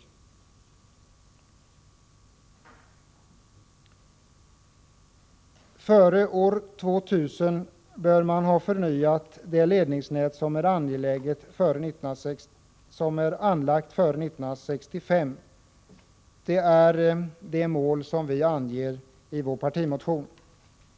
Man bör före år 2 000 ha förnyat det ledningsnät som är anlagt före år 1965. Det är det målet som vi anger i vår partimotion.